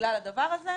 בגלל הדבר הזה.